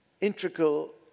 integral